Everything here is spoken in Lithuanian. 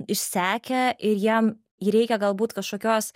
išsekę ir jiem i reikia galbūt kažkokios